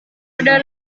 ada